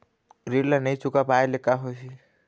ऋण ला नई चुका पाय ले का होही?